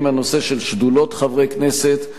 והם: הנושא של שדולות חברי הכנסת,